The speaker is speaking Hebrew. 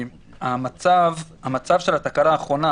המצב של התקלה האחרונה